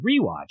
rewatch